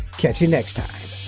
catch ya next time.